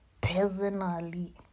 personally